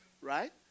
right